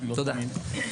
תודה.